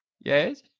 Yes